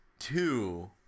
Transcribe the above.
Two